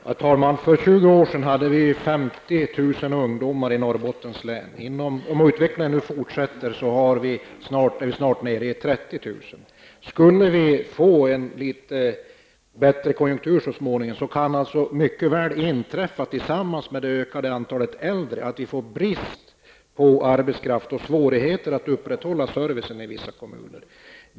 Herr talman! För 20 år sedan hade vi 50 000 ungdomar i Norrbottens län. Om utvecklingen fortsätter som hittills är vi snart nere i 30 000 ungdomar. Skulle vi så småningom få en litet bättre konjunktur, kan detta tillsammans med det ökade antalet äldre innebära att vi får brist på arbetskraft och svårigheter att upprätthålla servicen i vissa kommuner.